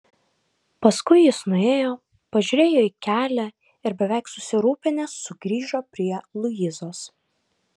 paskui jis nuėjo pažiūrėjo į kelią ir beveik susirūpinęs sugrįžo prie luizos